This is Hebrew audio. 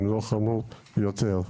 אם לא חמור יותר.